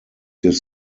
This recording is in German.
des